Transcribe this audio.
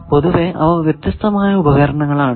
പൊതുവെ അവ വ്യത്യസ്തമായ ഉപകരണങ്ങൾ ആണ്